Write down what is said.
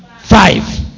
Five